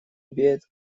имеет